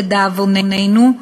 לדאבוננו,